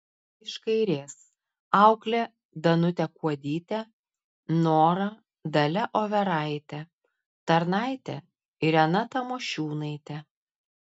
iš kairės auklė danutė kuodytė nora dalia overaitė tarnaitė irena tamošiūnaitė